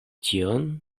tion